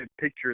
picture